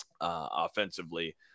offensively